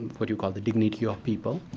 what you call the dignity of people.